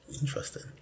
Interesting